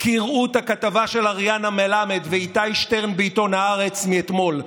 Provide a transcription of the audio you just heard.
קראו את הכתבה של אריאנה מלמד ואיתי שטרן בעיתון הארץ מאתמול,